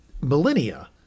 millennia